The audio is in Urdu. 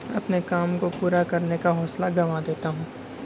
اور اپنے کام کو پورا کرنے کا حوصلہ گنوا دیتا ہوں